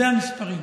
אלה המספרים.